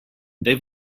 they